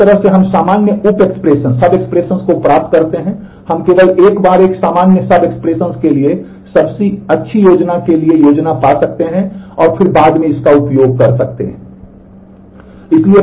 तो इस तरह से हम सामान्य उप एक्सप्रेशंस के लिए सबसे अच्छी योजना के लिए योजना पा सकते हैं और फिर बाद में इसका उपयोग कर सकते हैं